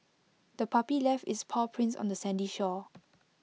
the puppy left its paw prints on the sandy shore